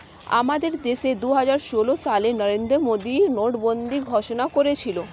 আমাদের দেশে দুহাজার ষোল সালে নরেন্দ্র মোদী নোটবন্দি ঘোষণা করেছিল